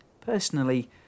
Personally